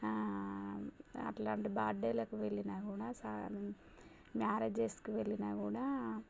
అట్లాంటి బడ్డేలకు వెళ్ళినా కూడా సా మ్యారేజస్కి వెళ్ళినా కూడా